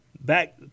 back